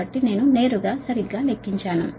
కాబట్టి నేను నేరుగా సరిగ్గా లెక్కించాను